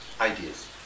ideas